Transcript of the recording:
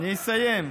אני אסיים.